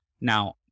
Now